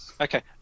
Okay